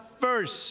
first